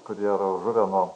kurie yra žuvę nuo